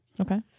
Okay